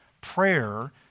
Prayer